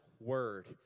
word